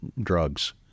drugs